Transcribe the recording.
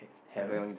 error